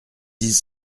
disent